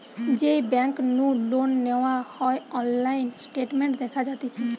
যেই বেংক নু লোন নেওয়া হয়অনলাইন স্টেটমেন্ট দেখা যাতিছে